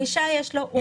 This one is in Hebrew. גישה יש לו.